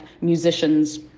musicians